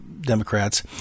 Democrats